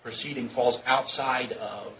proceeding falls outside